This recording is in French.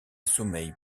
sommeil